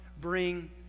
bring